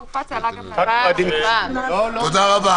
תודה רבה.